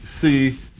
see